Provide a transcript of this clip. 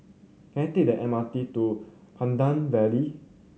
can I take the M R T to Pandan Valley